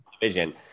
division